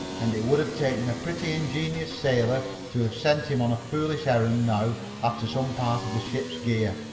and it would have taken a pretty ingenious sailor to have sent him on a foolish errand now after some part of the ship's gear.